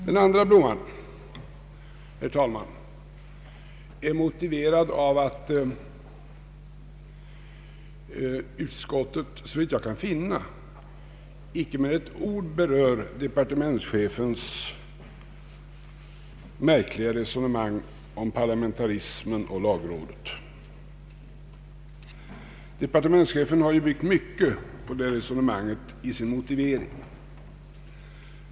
Den andra blomman, herr talman, är motiverad av att utskottet såvitt jag kan finna icke med ett ord berör departementschefens märkliga resonemang om parlamentarismen och lagrådet. Departementschefen har ju byggt mycket på det resonemanget i sin motivering.